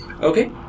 Okay